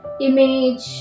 image